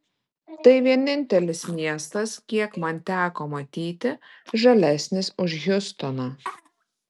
tai vienintelis miestas kiek man teko matyti žalesnis už hjustoną